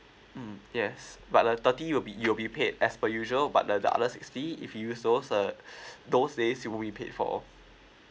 mm yes but uh thirty you'll be you'll be paid as per usual but uh the other sixty if you use those uh those days you won't be paid for